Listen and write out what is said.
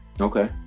okay